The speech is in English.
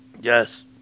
Yes